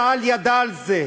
צה"ל ידע על זה.